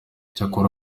cyakora